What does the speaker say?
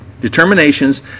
determinations